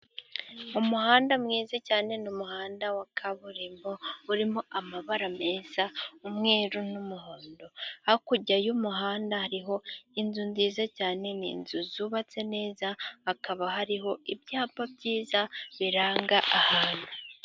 Umuhanda mwiza cyane ni umuhanda wa kaburimbo urimo amabara meza umweru n'umuhondo, hakurya y'umuhanda hariho inzu nziza cyane. Ni inzu zubatse neza hakaba hariho ibyapa byiza biranga ahantu.